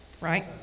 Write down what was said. right